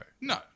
No